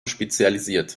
spezialisiert